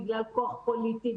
בגלל כוח פוליטי,